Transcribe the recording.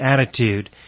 attitude